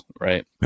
right